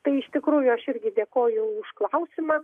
tai iš tikrųjų aš irgi dėkoju už klausimą